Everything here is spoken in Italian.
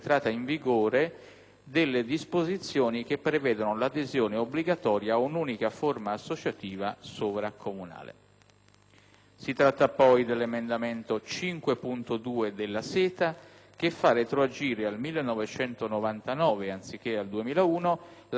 associativa sovracomunale; 5.2, che fa retroagire al 1999 anziché al 2001 la validità delle graduatorie concorsuali per i concorsi svolti dalle amministrazioni pubbliche soggette a limitazioni delle assunzioni;